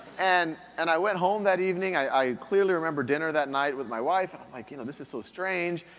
and and i went home that evening, i clearly remember dinner that night with my wife, and i'm like you know this is so strange.